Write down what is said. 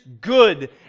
good